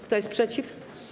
Kto jest przeciw?